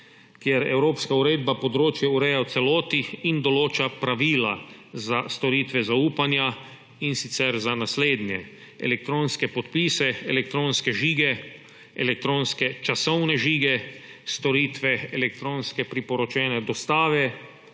kjer evropska uredba področje ureja v celoti in določa pravila za storitve zaupanja, in sicer za naslednje: elektronske podpise, elektronske žige, elektronske časovne žige, storitve elektronske priporočene dostave,